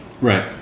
Right